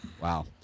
Wow